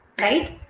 Right